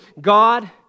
God